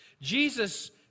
Jesus